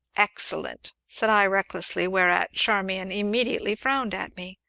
excellent! said i recklessly, whereat charmian immediately frowned at me.